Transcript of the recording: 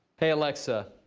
hey alexa,